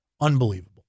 Unbelievable